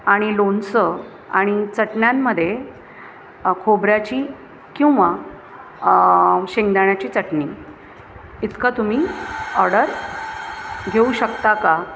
आणि लोणचं आणि चटण्यांमध्ये खोबऱ्याची किंवा शेंगदाण्याची चटणी इतकं तुम्ही ऑर्डर घेऊ शकता का